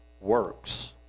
works